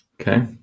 Okay